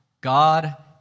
God